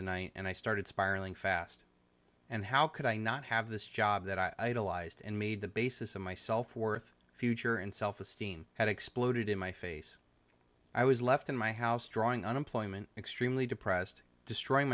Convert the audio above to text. the night and i started spiraling fast and how could i not have this job that idolized and made the basis of my self worth future and self esteem had exploded in my face i was left in my house drawing unemployment extremely depressed destroying